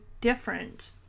different